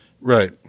right